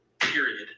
period